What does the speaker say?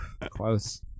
Close